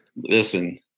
listen